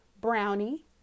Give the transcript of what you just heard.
brownie